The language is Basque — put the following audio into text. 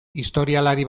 historialari